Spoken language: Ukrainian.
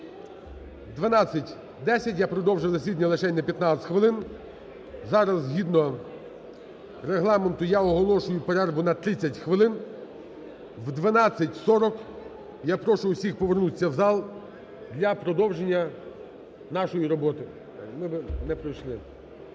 12.10, я продовжив засідання лишень на 15 хвилин. Зараз згідно Регламенту я оголошую перерву на 30 хвилин. О 12.40 я прошу всіх повернутись в зал для продовження нашої роботи. (Після перерви)